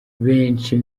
benshi